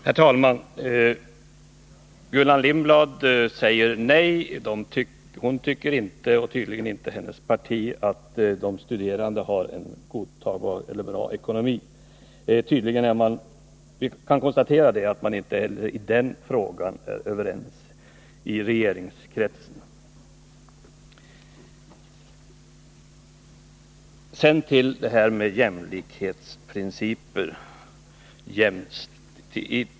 Herr talman! Gullan Lindblad svarade nej på min fråga om hon tycker att de studerande har en bra eller godtagbar ekonomi. Hon tycker inte det, och tydligen inte heller hennes parti. Vi kan alltså konstatera att man inom regeringskretsen inte heller i den frågan är överens. Sedan till detta med jämlikhetsprinciper.